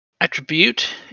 Attribute